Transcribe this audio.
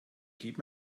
gib